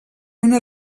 una